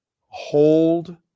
hold